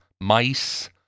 mice